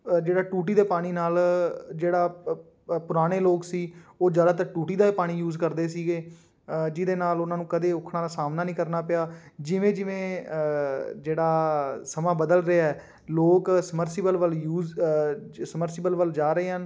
ਅ ਜਿਹੜਾ ਟੂਟੀ ਦੇ ਪਾਣੀ ਨਾਲ ਜਿਹੜਾ ਅ ਪ ਪੁਰਾਣੇ ਲੋਕ ਸੀ ਉਹ ਜ਼ਿਆਦਾਤਰ ਟੂਟੀ ਦਾ ਪਾਣੀ ਯੂਜ਼ ਕਰਦੇ ਸੀਗੇ ਜਿਹਦੇ ਨਾਲ ਉਹਨਾਂ ਨੂੰ ਕਦੇ ਔਕੜਾਂ ਦਾ ਸਾਹਮਣਾ ਨਹੀਂ ਕਰਨਾ ਪਿਆ ਜਿਵੇਂ ਜਿਵੇਂ ਜਿਹੜਾ ਸਮਾਂ ਬਦਲ ਰਿਹਾ ਲੋਕ ਸਮਰਸੀਬਲ ਵੱਲ ਯੂਜ਼ ਸਮਰਸੀਬਲ ਵੱਲ ਜਾ ਰਹੇ ਹਨ